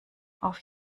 auf